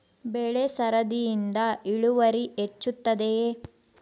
ಬೆಳೆ ಸರದಿಯಿಂದ ಇಳುವರಿ ಹೆಚ್ಚುತ್ತದೆಯೇ?